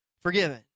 forgiven